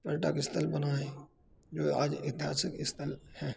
पर्यटन स्थल बनाऍं जो आज इतिहासिक स्थल हैं